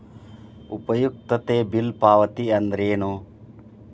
ಉಪಯುಕ್ತತೆ ಬಿಲ್ ಪಾವತಿ ಅಂದ್ರೇನು?